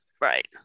Right